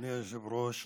אדוני היושב-ראש,